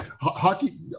hockey